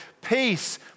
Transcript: Peace